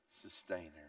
sustainer